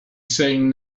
saying